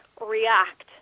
react